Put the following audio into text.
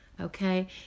Okay